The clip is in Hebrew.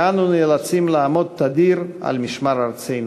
ואנו נאלצים לעמוד תדיר על משמר ארצנו.